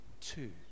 two